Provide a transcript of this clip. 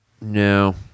No